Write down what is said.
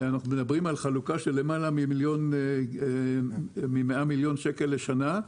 אנחנו מדברים על חלוקה של יותר מ-100 מיליון שקל לשנה,